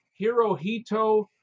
Hirohito